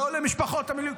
לא למשפחות המילואים,